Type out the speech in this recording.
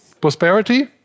Prosperity